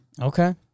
Okay